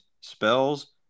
Spells